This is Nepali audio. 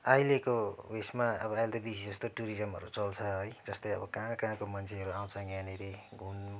अहिलेको उइसमा अब अहिले त बेसी जस्तो टुरिजमहरू चल्छ है जस्तै कहाँ कहाँको मान्छेहरू आउँछ यहाँनिर घुम्नु